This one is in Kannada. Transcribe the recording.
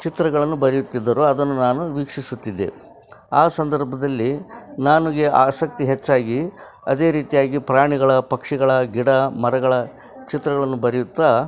ಚಿತ್ರಗಳನ್ನು ಬರೆಯುತ್ತಿದ್ದರು ಅದನ್ನು ನಾನು ವೀಕ್ಷಿಸುತ್ತಿದ್ದೆ ಆ ಸಂದರ್ಭದಲ್ಲಿ ನನಗೆ ಆಸಕ್ತಿ ಹೆಚ್ಚಾಗಿ ಅದೇ ರೀತಿಯಾಗಿ ಪ್ರಾಣಿಗಳ ಪಕ್ಷಿಗಳ ಗಿಡ ಮರಗಳ ಚಿತ್ರಗಳನ್ನು ಬರೆಯುತ್ತಾ